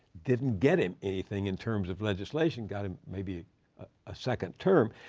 didn't get him anything in terms of legislation got him maybe a second term.